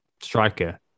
striker